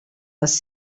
les